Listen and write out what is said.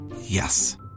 Yes